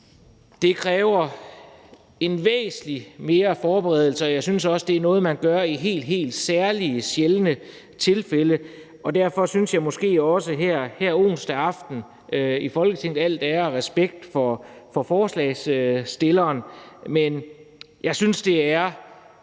det kræver væsentlig mere forberedelse, og jeg synes også, at det er noget, man gør i helt særlige, sjældne tilfælde, og derfor synes jeg måske også her en onsdag aften i Folketingssalen – al ære og respekt for forslagsstillerne – at det er